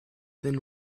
thin